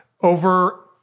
over